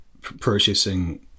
processing